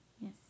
Yes